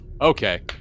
Okay